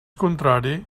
contrari